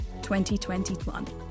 2021